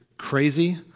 Crazy